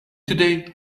today